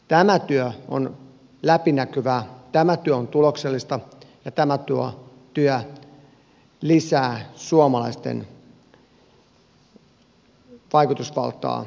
tämä työ on läpinäkyvää tämä työ on tuloksellista ja tämä työ lisää suomalaisten vaikutusvaltaa ja verkostoa maailmalla